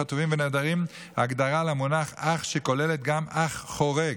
חטופים ונעדרים הגדרה של המונח "אח" שכוללת גם אח חורג,